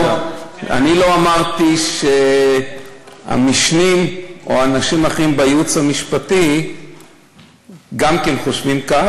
אני לא אמרתי שהמשנים או אנשים אחרים בייעוץ המשפטי גם כן חושבים כך.